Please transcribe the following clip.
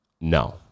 no